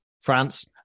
France